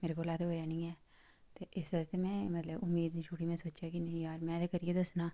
मेरे कोला ते होआ नेईं ऐ इस आस्तै में उम्मीद निं छुड़ी में सोचेआ नेईं यार में ते करियै दस्सना